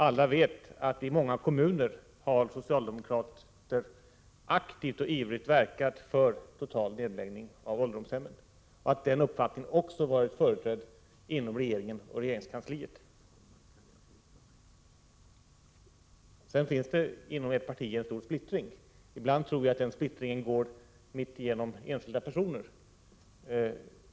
Alla vet att i många kommuner har socialdemokrater aktivt och ivrigt verkat för total nedläggning av ålderdomshemmen och att den uppfattningen också varit företrädd inom regeringen och regeringskansliet. Vidare råder det i ert parti en stor splittring; ibland tror jag att den splittringen går rakt igenom enskilda personer.